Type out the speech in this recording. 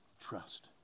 Trust